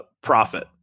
profit